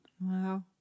Wow